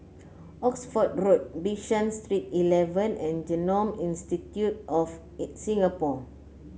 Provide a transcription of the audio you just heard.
Oxford Road Bishan Street Eleven and Genome Institute of Singapore